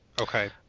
okay